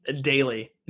Daily